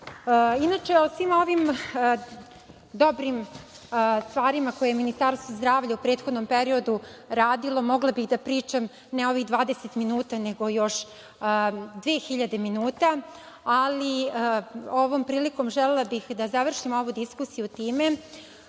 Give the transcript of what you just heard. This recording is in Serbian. o svim ovim dobrim stvarima koje je Ministarstvo zdravlja u prethodnom periodu radilo mogla bih da pričam, ne ovih 20 minuta, nego još 2.000 minuta, ali ovom prilikom želela bih da završim ovu diskusiju time